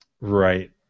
Right